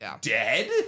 dead